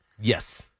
Yes